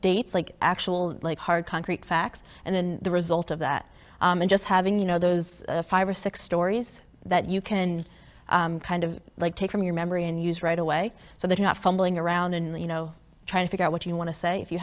dates like actual hard concrete facts and then the result of that just having you know there is a five or six stories that you can kind of like take from your memory and use right away so they're not fumbling around and you know trying to figure out what you want to say if you